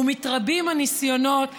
ומתרבים הניסיונות שלנו,